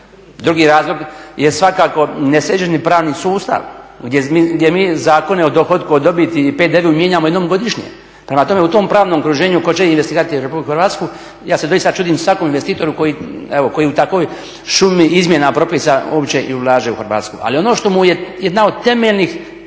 Drugi razlog je svakako nesređeni pravni sustav gdje mi zakone o dohotku, o dobiti i PDV-u mijenjamo jednom godišnje. Prema tome u tom pravnom okruženju tko će investirati u RH ja se doista čudim svakom investitoru koji evo u takvoj šumi izmjena propisa uopće i ulaže u Hrvatsku. Ali ono što mu je ono jedna od temeljnih